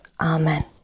Amen